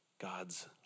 God's